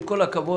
עם כל הכבוד,